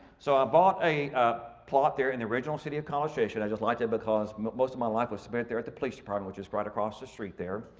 so i bought a ah plot there in the original city of college station. i just liked it because most of my life was spent there at the police department which is right across the street there.